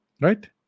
Right